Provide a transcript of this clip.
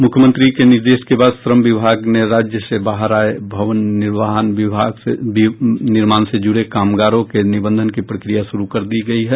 मुख्यमंत्री के निर्देश के बाद श्रम विभाग ने राज्य के बाहर से आये भवन निर्माण से जुड़े कामगारों के निबंधन की प्रक्रिया शुरू कर दी है